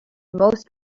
most